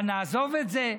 אבל נעזוב את זה.